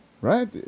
Right